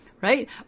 Right